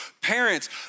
Parents